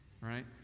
right